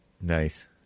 Nice